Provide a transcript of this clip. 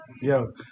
yo